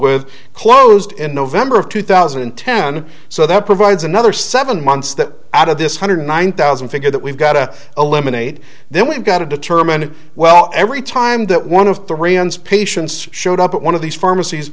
with closed in november of two thousand and ten so that provides another seven months that out of this hundred nine thousand figure that we've got to eliminate then we've got to determine well every time that one of the reasons patients showed up at one of these pharmacies